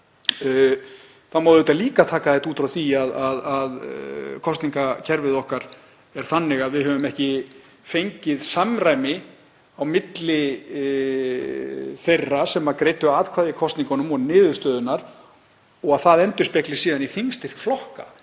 Það má auðvitað líka taka þetta út frá því að kosningakerfið okkar er þannig að við höfum ekki fengið samræmi á milli þeirra sem greiddu atkvæði í kosningunum og niðurstöðunnar og að það endurspegli síðan þingstyrk flokka